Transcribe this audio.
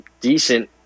decent